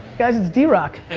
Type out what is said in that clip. guys, it's drock.